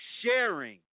sharing